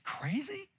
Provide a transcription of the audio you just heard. crazy